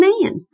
man